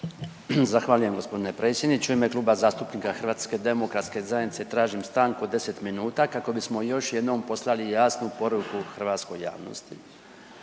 Zahvaljujem g. predsjedniče. U ime Kluba zastupnika HDZ-a tražim stanku od 10 minuta kako bismo još jednom poslali jasnu poruku hrvatskoj javnosti,